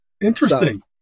Interesting